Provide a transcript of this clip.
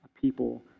people